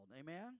Amen